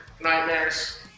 nightmares